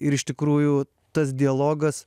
ir iš tikrųjų tas dialogas